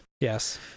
Yes